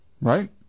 Right